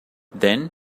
then